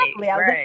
right